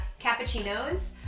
cappuccinos